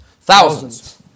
Thousands